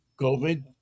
COVID